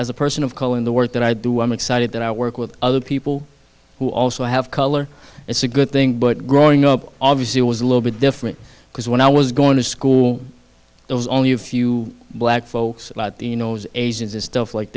as a person of color in the work that i do i'm excited that i work with other people who also have color it's a good thing but growing up obviously was a little bit different because when i was going to school there was only a few black folks you know asians this stuff like